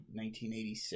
1986